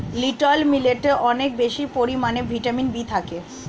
little মিলেটে অনেক বেশি পরিমাণে ভিটামিন বি থাকে